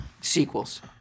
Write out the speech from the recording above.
sequels